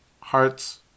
Hearts